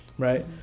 Right